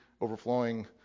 overflowing